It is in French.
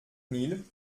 mille